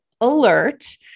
alert